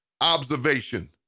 observation